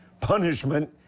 punishment